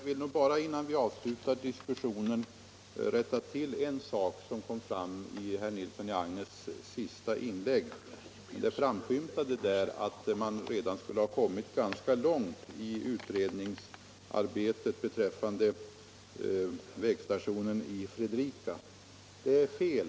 Herr talman! Innan vi avslutar diskussionen vill jag rätta till en uppgift som kom fram i herr Nilssons i Agnäs senaste inlägg. Det framskymtade” där att man redan skulle ha kommit ganska långt i utredningsarbetet beträffande vägstationen i Fredrika. Detta är fel.